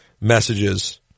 messages